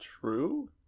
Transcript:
True